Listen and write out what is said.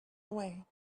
away